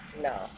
No